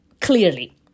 clearly